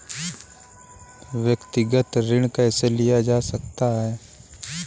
व्यक्तिगत ऋण कैसे लिया जा सकता है?